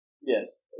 Yes